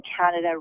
Canada